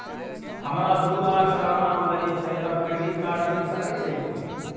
हमरा दू लाख सालाना आमदनी छै त क्रेडिट कार्ड मिल सके छै?